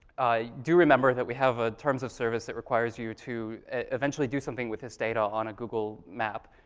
i do remember that we have a terms of service that requires you to eventually do something with this data on a google map,